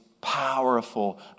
powerful